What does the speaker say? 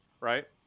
right